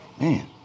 Man